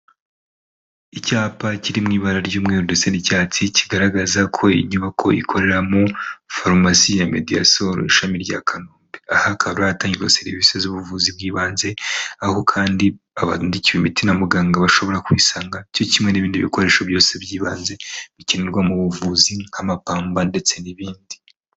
Icyapa kiri mu ibara ry'umweru ndetse n'icyatsi kigaragaza ko inyubako ikorera mu farumasi ya Mediyasoro, ishami rya Kanombe. Aha akaba ariho hatangirwa serivise z'ubuvuzi bw'ibanze, aho kandi abandidikiwe imiti na muganga bashobora kubisanga cyo kimwe n'ibindi bikoresho byose by'ibanze bikenerwa mu buvuzi nk'amapamba ndetse n'ibindi.